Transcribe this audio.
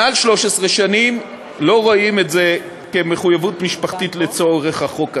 מעל 13 שנים לא רואים את זה כמחויבות משפחתית לצורך החוק הזה.